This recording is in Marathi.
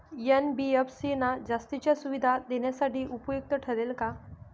एन.बी.एफ.सी ना जास्तीच्या सुविधा देण्यासाठी उपयुक्त ठरेल का?